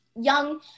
young